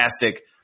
Fantastic